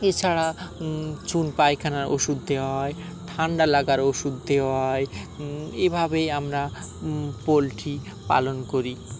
এছাড়া চুন পায়খানার ওষুধ দেওয়া হয় ঠান্ডা লাগার ওষুধ দেওয়া হয় এভাবেই আমরা পোলট্রি পালন করি